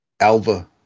Alva